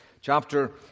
chapter